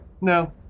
No